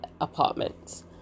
apartments